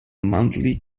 monthly